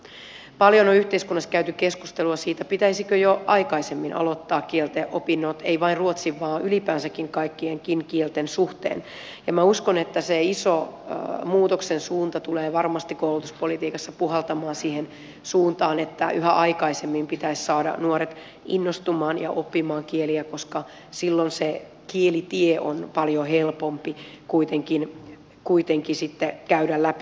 paljon on yhteiskunnassa käyty keskustelua siitä pitäisikö jo aikaisemmin aloittaa kielten opinnot ei vain ruotsin vaan ylipäänsäkin kaikkienkin kielten suhteen ja minä uskon että se iso muutoksen suunta tulee varmasti koulutuspolitiikassa puhaltamaan siihen suuntaan että yhä aikaisemmin pitäisi saada nuoret innostumaan ja oppimaan kieliä koska silloin se kielitie on paljon helpompi kuitenkin sitten käydä läpi